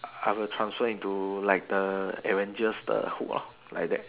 I will transform into like the adventures the hood lor like that